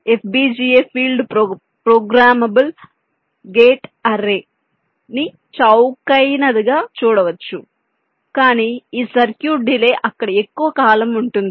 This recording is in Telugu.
FPGA field programmable gate array ని చౌకైనదిగా చూడండి కానీ ఈ సర్క్యూట్ డిలే అక్కడ ఎక్కువ కాలం ఉంటుంది